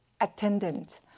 attendant